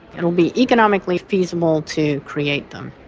it will be economically feasible to create them.